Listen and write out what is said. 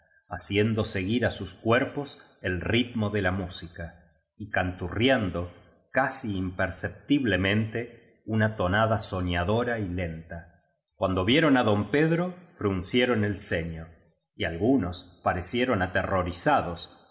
haciendo seguir á sus cuerpos el ritmo de la música y canturriando casi imperceptiblemente una tonada soñadora y lenta cuaudo vieron á don pedro fruncie ron el ceño y algunos parecieron aterrorizados